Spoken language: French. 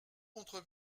contre